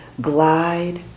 glide